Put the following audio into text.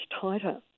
tighter